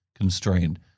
constrained